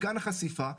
מכאן החשיפה,